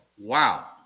wow